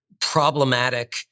problematic